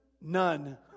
None